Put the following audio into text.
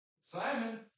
Simon